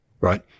Right